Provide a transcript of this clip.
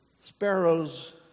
Sparrows